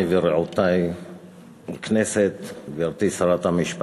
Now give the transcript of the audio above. הספקתי, בסדר, עמר מוסיף את שמו לפרוטוקול.